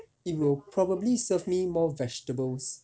it will probably serve me more vegetables